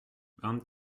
vingt